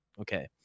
okay